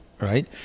right